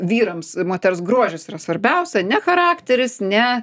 vyrams moters grožis yra svarbiausia ne charakteris ne